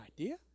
idea